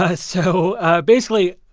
ah so basically,